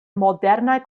modernaj